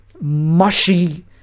mushy